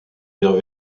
dire